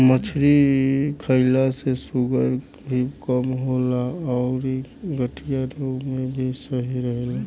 मछरी खईला से शुगर भी कम होला अउरी गठिया रोग में भी सही रहेला